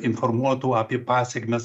informuotų apie pasekmes